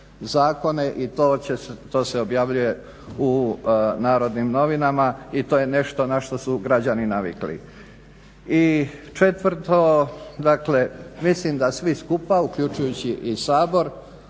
zakone i to se objavljuje u "Narodnim novinama" i to je nešto na što su građani navikli. I četvrto, dakle mislim da svi skupa uključujući i Sabor